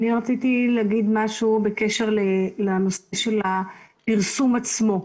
אני רציתי להגיד משהו בקשר לנושא של הפרסום עצמו.